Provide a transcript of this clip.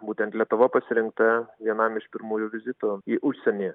būtent lietuva pasirinkta vienam iš pirmųjų vizitų į užsienį